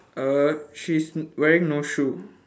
uh she's wearing no shoe